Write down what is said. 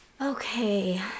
Okay